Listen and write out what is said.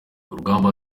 rugamba